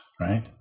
right